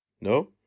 No